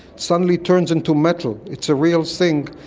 suddenly turns into metal, it's a real thing,